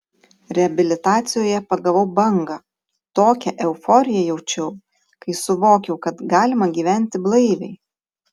reabilitacijoje pagavau bangą tokią euforiją jaučiau kai suvokiau kad galima gyventi blaiviai